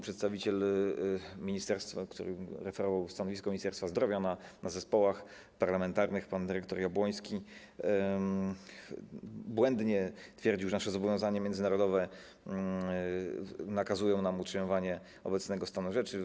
Przedstawiciel ministerstwa, który referował stanowisko Ministerstwa Zdrowia w zespołach parlamentarnych, pan dyrektor Jabłoński, błędnie twierdził, że nasze zobowiązania międzynarodowe nakazują nam utrzymywanie obecnego stanu rzeczy.